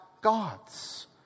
gods